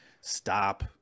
stop